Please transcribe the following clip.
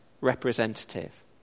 representative